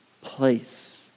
place